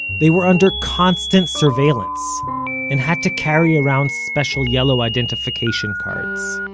they were under constant surveillance and had to carry around special yellow identification cards.